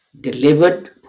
delivered